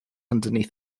underneath